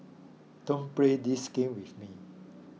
don't play this game with me